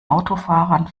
autofahrern